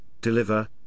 deliver